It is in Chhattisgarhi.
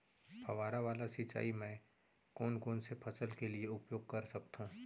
फवारा वाला सिंचाई मैं कोन कोन से फसल के लिए उपयोग कर सकथो?